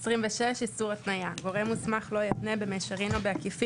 איסור התניה 26. גורם מוסמך לא יתנה במישרין או בעקיפין,